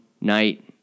night